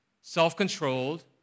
self-controlled